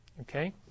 okay